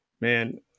man